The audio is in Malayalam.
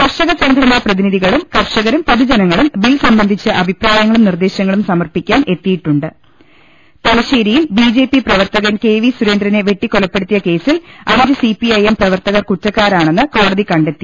കർഷക സംഘടനാ പ്രതിനിധികളുട് കർഷകരും പൊതുജനങ്ങളും ബിൽ സംബന്ധിച്ച അഭിപ്രായങ്ങളും നിർദ്ദേശങ്ങളും സമർപ്പിക്കാൻ എത്തിയിട്ടുണ്ട് തലശ്ശേരിയിൽ ബി ജെ പി പ്രവർത്തകൻ കെ വി സുരേന്ദ്രനെ വെട്ടിക്കൊലപ്പെടുത്തിയ കേസിൽ അഞ്ച് സിപിഐഎം പ്രവർത്ത കർ കുറ്റക്കാരാണെന്ന് കോടതി കണ്ടെത്തി